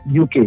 UK